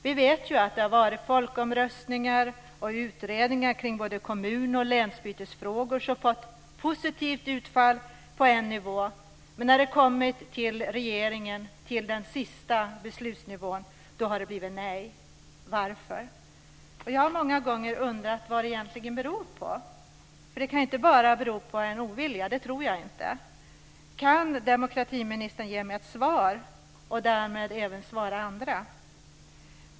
Vi vet ju att det har varit folkomröstningar och utredningar kring både kommun och länsbytesfrågor som har fått positivt utfall på en nivå, men när det har kommit till regeringen, till den sista beslutsnivån, har det blivit nej. Varför? Jag har många gånger undrat vad det egentligen beror på. Det kan ju inte bara bero på en ovilja; det tror jag inte. Kan demokratiministern ge mig ett svar och därmed även svara andra?